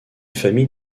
famille